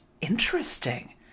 interesting